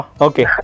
okay